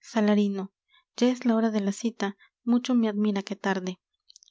salarino ya es la hora de la cita mucho me admira que tarde